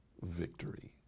victory